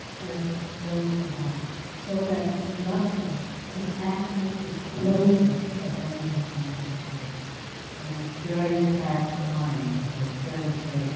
but it's close enough so that luster is actually the closest that benjy can get to in the very sad times when he is thirty three,